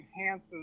enhances